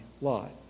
lot